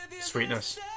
Sweetness